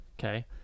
Okay